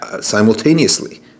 simultaneously